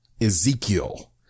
Ezekiel